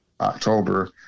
October